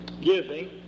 giving